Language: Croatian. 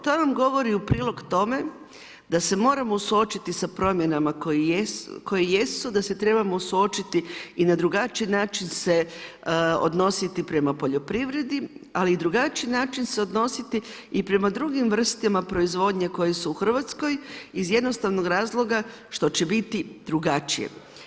To nam govori u prilog tome da se moramo suočiti sa promjenama koje jesu, da se trebamo suočiti i na drugačiji način se odnositi prema poljoprivredi ali drugačiji se odnositi i prema drugim vrstama proizvodnje koje su Hrvatskoj iz jednostavnog razloga što će biti drugačije.